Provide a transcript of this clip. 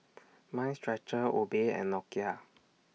Mind Stretcher Obey and Nokia